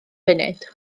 funud